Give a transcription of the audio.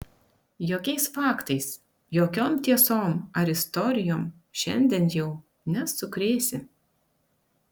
jokiais faktais jokiom tiesom ar istorijom šiandien jau nesukrėsi